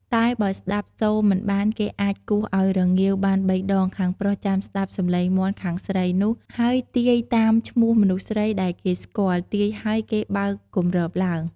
តែបើស្តាប់សូរមិនបានគេអាចគោះឱ្យរងាវបានបីដង ខាងប្រុសចាំស្តាប់សំឡេងមាន់ខាងស្រីនោះ ហើយទាយតាមឈ្មោះមនុស្សស្រីដែលគេស្គាល់ ទាយហើយគេបើកគម្របឡើង ។